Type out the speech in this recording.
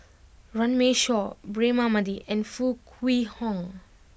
Runme Shaw Braema Mathi and Foo Kwee Horng